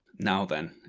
now then,